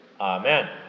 Amen